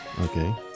Okay